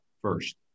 first